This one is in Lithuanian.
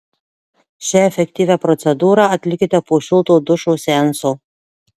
šią efektyvią procedūrą atlikite po šilto dušo seanso